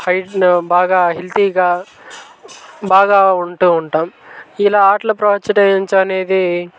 హైట్ను బాగా హెల్తీగా బాగా ఉంటూ ఉంటాము ఇలా ఆటలు ప్రోత్సహించడం అనేది